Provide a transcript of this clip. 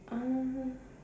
uh